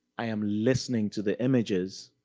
i am listening to the images.